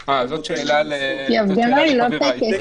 אבל אולי יהיה שיקול כך שהם לא ילכו הביתה.